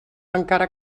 encara